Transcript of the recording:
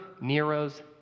Nero's